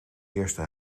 eerste